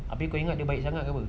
tapi aku ingat dia baik sangat